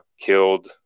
killed